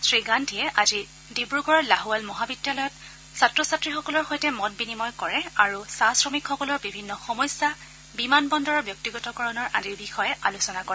শ্ৰী গান্ধীয়ে আজি ডিব্ৰুগড়ৰ লাহোৱাল মহাবিদ্যালয়ত ছাত্ৰ ছাত্ৰীসকলৰ সৈতে মত বিনিময় কৰে আৰু চাহ শ্ৰমিকসকলৰ বিভিন্ন সমস্যা বিমান বন্দৰৰ ব্যক্তিগতকৰণৰ আদিৰ বিষয়ে আলোচনা কৰে